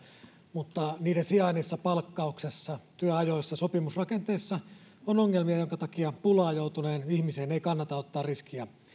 mutta niiden sijainnissa palkkauksessa työajoissa sopimusrakenteessa on ongelmia joiden takia pulaan joutuneen ihmisen ei kannata ottaa riskiä